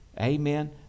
Amen